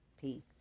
Peace